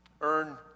earn